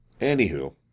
Anywho